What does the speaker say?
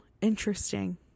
interesting